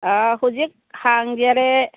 ꯍꯧꯖꯤꯛ ꯍꯪꯖꯔꯦ